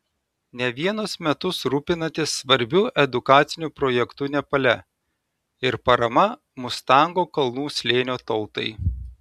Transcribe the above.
ne vienus metus rūpinatės svarbiu edukaciniu projektu nepale ir parama mustango kalnų slėnio tautai